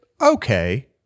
okay